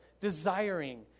desiring